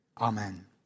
amen